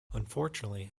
unfortunately